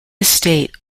estate